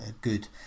good